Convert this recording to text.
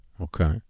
Okay